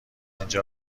اینجا